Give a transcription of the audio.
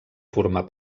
formar